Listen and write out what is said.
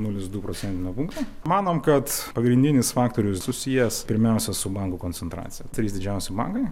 nulis du procentinio punkto manom kad pagrindinis faktorius susijęs pirmiausia su bankų koncentracija trys didžiausi bankai